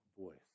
voice